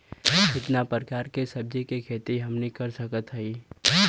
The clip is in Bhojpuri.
कितना प्रकार के सब्जी के खेती हमनी कर सकत हई?